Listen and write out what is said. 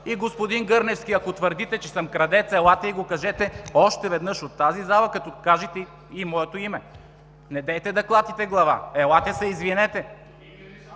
Господин Гърневски, ако твърдите, че съм крадец, елате и го кажете още веднъж в тази зала, като кажете и моето име. Недейте да клатите глава! Елате се извинете!